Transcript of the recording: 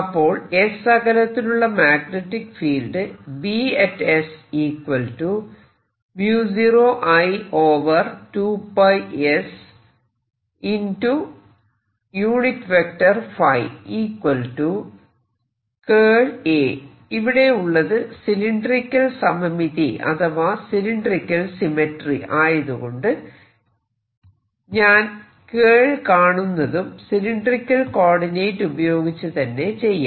അപ്പോൾ s അകലത്തിലുള്ള magnetic field ഇവിടെ ഉള്ളത് സിലിണ്ടറിക്കൽ സമമിതി അഥവാ സിലിണ്ട റിക്കൽ സിമെട്രി ആയതു കൊണ്ട് ഞാൻ കേൾ കാണുന്നതും സിലിണ്ടറിക്കൽ കോർഡിനേറ്റ് ഉപയോഗിച്ച് തന്നെ ചെയ്യാം